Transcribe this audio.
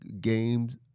games